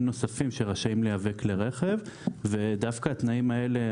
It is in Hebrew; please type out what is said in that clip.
נוספים שרשאים לייבא כלי רכב ודווקא התנאים האלה,